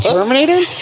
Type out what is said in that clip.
Terminator